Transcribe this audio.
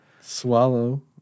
Swallow